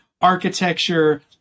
architecture